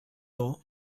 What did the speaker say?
law